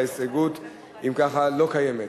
וההסתייגות אם ככה לא קיימת.